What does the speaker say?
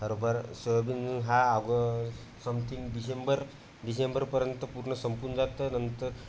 हरभरा सोयाबीन हा अगो समथिंग डिशेंबर डिसेंबरपर्यंत पूर्ण संपून जातं नंतर